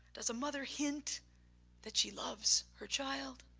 does a mother hint that she loves her child?